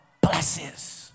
blesses